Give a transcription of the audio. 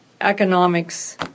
economics